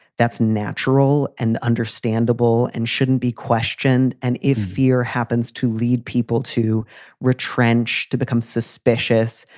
that's natural and understandable and shouldn't be questioned. and if fear happens to lead people to retrench, to become suspicious,